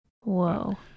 Whoa